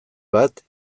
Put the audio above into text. bat